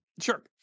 Sure